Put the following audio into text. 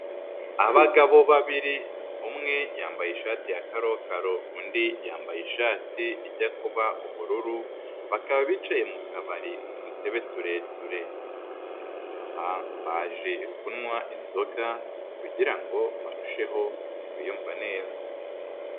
Abagabo babiri umwe yambaye ishati ya karokaro undi yambaye ishati ijya kuba ubururu, bakaba bicaye mu kabari ku dutebe tureture, aha baje kunywa inzoga kugira ngo barusheho kwiyumva neza.